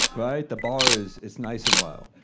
right? the bar is is nice and low.